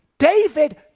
David